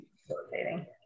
facilitating